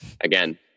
Again